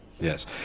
yes